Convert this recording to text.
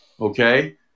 Okay